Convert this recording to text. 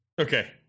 okay